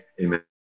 amen